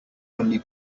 only